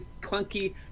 clunky